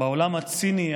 בעולם הציני,